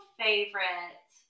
favorite